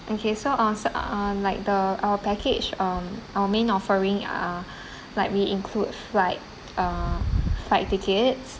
okay so um so uh like the our package um our main offering are likely we include flight uh flight tickets